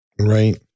Right